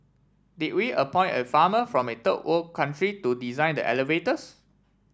did we appoint a farmer from a third world country to design the elevators